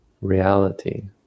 reality